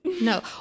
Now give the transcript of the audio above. No